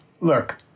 look